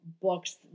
books